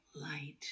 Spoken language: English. light